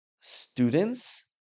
students